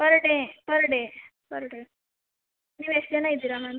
per day per day per day ನೀವು ಎಷ್ಟು ಜನ ಇದ್ದೀರ ಮ್ಯಾಮ್